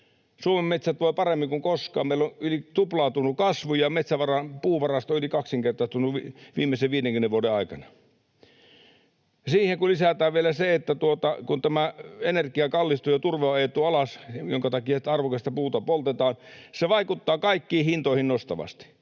Suomen metsät voivat paremmin kuin koskaan. Meillä on kasvu yli tuplaantunut ja puuvarasto yli kaksinkertaistunut viimeisen 50 vuoden aikana. Siihen kun lisätään vielä se, että energia kallistuu ja turve on ajettu alas, minkä takia tätä arvokasta puuta poltetaan, niin se vaikuttaa kaikkiin hintoihin nostavasti.